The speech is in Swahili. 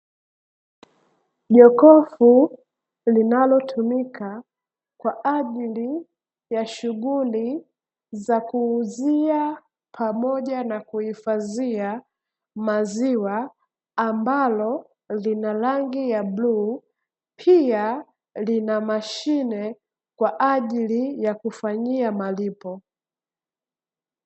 Jokofu linalotumika kwa ajili ya shughuli za kuuzia pamoja na kuhifadhia maziwa, ambalo lina rangi ya bluu, pia lina mashine kwa ajili ya kufanyia malipo.